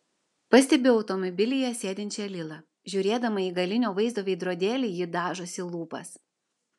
pastebiu automobilyje sėdinčią lilą žiūrėdama į galinio vaizdo veidrodėlį ji dažosi lūpas